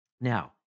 Now